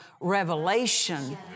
revelation